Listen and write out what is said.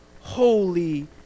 holy